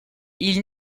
ils